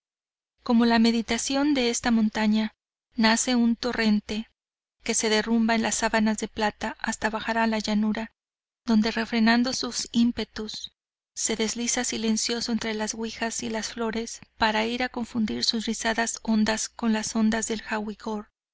como la mediación de esta montaña nace un torrente que se derrumba en sabanas de plata hasta bajar a la llanura donde refrenando sus ímpetu se desliza silencioso entre las guijas y las flores para ir a confundir sus rizadas ondas con las ondas del jawgior